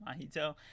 Mahito